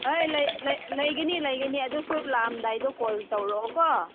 ꯍꯣꯏ ꯂꯩꯒꯅꯤ ꯂꯩꯒꯅꯤ ꯑꯗꯨꯁꯨ ꯂꯥꯛꯑꯝꯗꯥꯏꯗꯨ ꯀꯣꯜ ꯇꯧꯔꯛꯑꯣ ꯀꯣ